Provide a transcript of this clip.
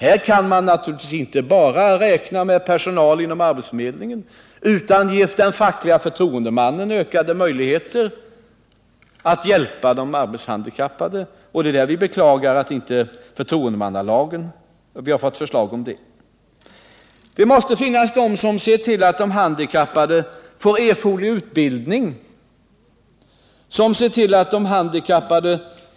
Där kan man naturligtvis inte bara räkna med personal inom arbetsförmedlingen, utan man får också ge den facklige förtroendemannen ökade möjligheter att hjälpa de arbetshandikappade. Vi beklagar att vi inte har fått förslag om det från regeringen. Det måste finnas personal som ser till att de handikappade får erforderlig utbildning och erforderliga tekniska hjälpmedel.